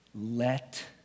let